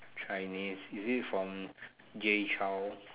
Chinese is it from Zhou Jie Lun